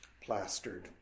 plastered